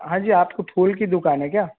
हाँ जी आपकी फूल की दुकान है क्या